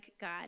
God